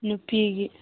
ꯅꯨꯄꯤꯒꯤ